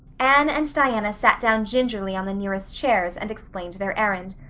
anne and diana sat down gingerly on the nearest chairs and explained their errand.